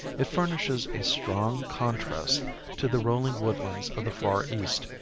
it furnishes a strong contrast to the rolling woodlands of the far east,